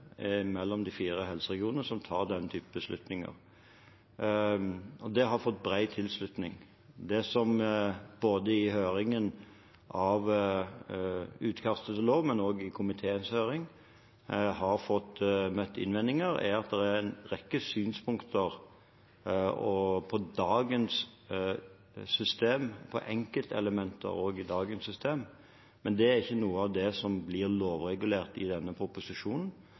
de fire helseregionene som tar denne typen beslutninger. Det har fått bred tilslutning. Det som i høringen av utkastet til lov og også i komiteens høring ble møtt med innvendinger, og som det var en rekke synspunkter på, er dagens system og enkeltelementer i dagens system, men det er ikke noe av det som blir lovregulert i denne proposisjonen.